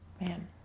Man